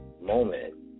Moment